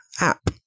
app